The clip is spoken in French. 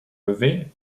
levé